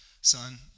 Son